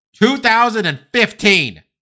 2015